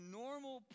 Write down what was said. normal